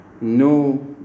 No